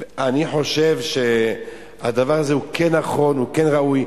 אני חושב שהדבר הזה הוא כן נכון, הוא כן ראוי.